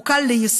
הוא קל ליישום,